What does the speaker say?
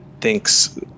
thinks